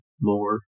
More